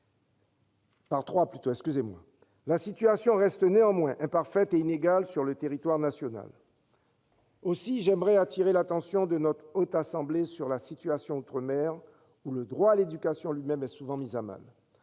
La situation reste néanmoins imparfaite et inégale sur le territoire national. Aussi, j'aimerais attirer l'attention de notre Haute Assemblée sur la situation en outre-mer, où le droit à l'éducation lui-même est souvent mis à mal.